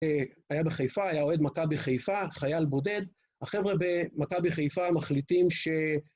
היה בחיפה, היה עוד מכבי בחיפה, חייל בודד. החבר'ה במכבי בחיפה מחליטים ש...